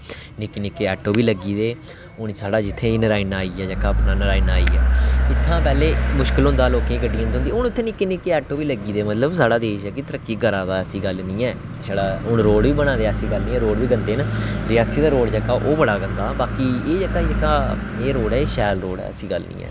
निक्के निक्के ऑटो बी लग्गी गेदे हून एह् साढ़ा नारायणा आई गेआ जेह्का इत्थां पैह्लें मुश्कल होंदा इत्थूं पैह्लें गड्डियां निं थ्होंदियां हियां हून निक्के निक्के ऑटो बी लग्गी गेदे कि मतलब साढ़ा देश ऐ कि तरक्की करै दा ऐसी गल्ल निं ऐ हून छड़ा रोड़ बी बना दे दे रोड़ गंदे न ते रियासी आह्ला रोड़ बी गंदा बाकी एह् जेह्का जेह्का एह् रोड़ ऐ एह् रोड़ शैल ऐ ऐसी गल्ल निं ऐ